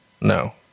No